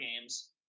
games